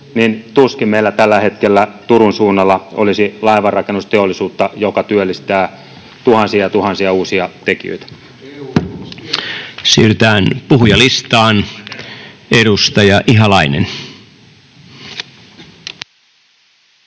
niin tuskin meillä tällä hetkellä Turun suunnalla olisi laivanrakennusteollisuutta, joka työllistää tuhansia, tuhansia uusia tekijöitä. Siirrytään puhujalistaan. Arvoisa puhemies!